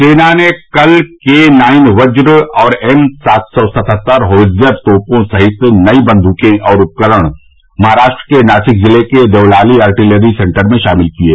सेना ने कल के नाईन वज्न और एम सात सौ सतहत्तर होवित्जर तोपों सहित नई बंद्कें और उपकरण महाराष्ट्र में नासिक जिले के देवलाली आर्टिलरी सेन्टर में शामिल किये